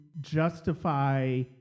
justify